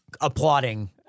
applauding